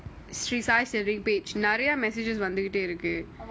நெறய:neraya messages வந்துகிடக்கே இருக்கு:vanthukitae iruku